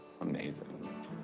amazing